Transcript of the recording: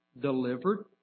delivered